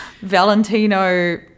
Valentino